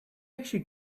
actually